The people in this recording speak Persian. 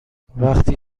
وقتی